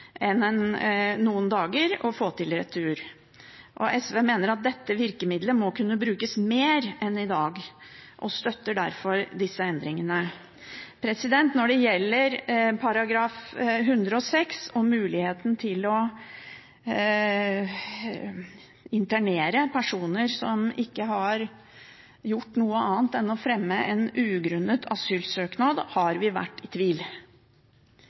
enn noen dager å få til retur. SV mener at dette virkemiddelet bør kunne brukes mer enn i dag, og støtter derfor disse endringene. Når det gjelder § 106 og muligheten til å internere personer som ikke har gjort noe annet enn å fremme en ugrunnet asylsøknad, har vi vært i tvil.